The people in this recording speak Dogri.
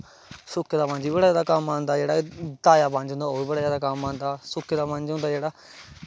सुक्के दा बंज बी बड़ा कम्म आंदा जेह्ड़ा ताज़ां बंज होंदा ओह् बी बड़ा कम्म आंदा सुक्के दा बंज होंदा